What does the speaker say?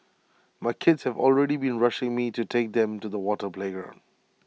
my kids have already been rushing me to take them to the water playground